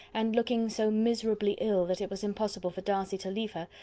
and looking so miserably ill, that it was impossible for darcy to leave her,